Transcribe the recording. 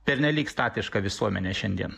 pernelyg statiška visuomenė šiandien